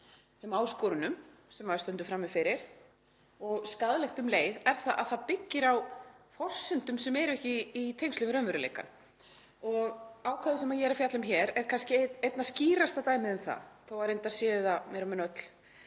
þeim áskorunum sem við stöndum frammi fyrir, og skaðlegt um leið er að það byggir á forsendum sem eru ekki í tengslum við raunveruleikann. Ákvæðið sem ég er að fjalla um hér er kannski einna skýrasta dæmið um það, þó að reyndar séu það meira og minna öll